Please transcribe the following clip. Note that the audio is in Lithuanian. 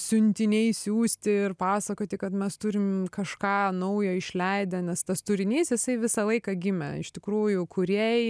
siuntiniais siųsti ir pasakoti kad mes turim kažką naujo išleidę nes tas turinys jisai visą laiką gimė iš tikrųjų kūrėjai